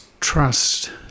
trust